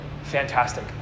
Fantastic